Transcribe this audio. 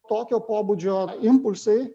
tokio pobūdžio impulsai